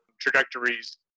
trajectories